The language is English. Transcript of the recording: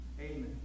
Amen